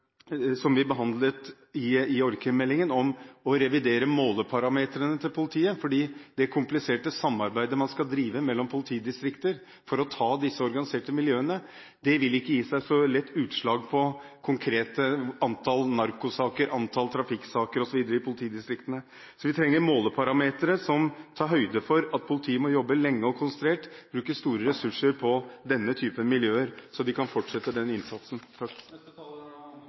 som vi behandlet i meldingen om organisert kriminalitet, for det kompliserte samarbeidet man skal drive mellom politidistrikter for å ta disse organiserte miljøene, vil ikke gi så lett utslag i konkrete antall narkotikasaker, antall trafikksaker osv. i politidistriktene. Så vi trenger måleparametre som tar høyde for at politiet må jobbe lenge og konsentrert, bruke store ressurser på denne typen miljøer – fortsette den innsatsen.